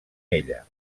ella